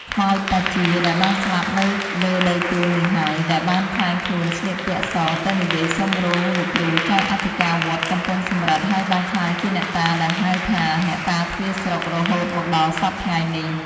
ខ្មោចតាជា ដែលបានស្លាប់នៅលើដីទួលនេះហើយ ដែលបានក្លែងខ្លួនស្លៀកពាក់សទៅនិយាយសុំរោងលោកគ្រូចៅអធិការវត្តកំពង់សំរឹទ្ធ ហើយបានក្លាយជាអ្នកតាដែលហៅថា "អ្នកតាទ្វារស្រុក" រហូតមកដល់សព្វថ្ងៃនេះ ។